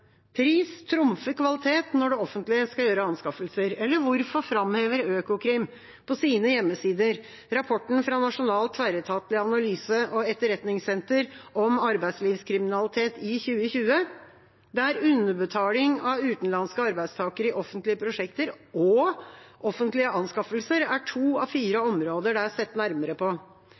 trumfer kvalitet når det offentlige skal gjøre anskaffelser»? Eller hvorfor framhever Økokrim på sine hjemmesider rapporten fra Nasjonalt tverretatlig analyse- og etterretningssenter om arbeidslivskriminalitet fra 2020, der underbetaling av utenlandske arbeidstakere i offentlige prosjekter og offentlige anskaffelser er to av fire områder det er sett nærmere på?